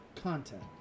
content